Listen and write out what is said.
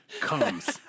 comes